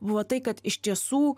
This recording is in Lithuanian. buvo tai kad iš tiesų